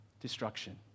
destruction